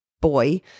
boy